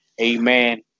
Amen